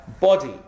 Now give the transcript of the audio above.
body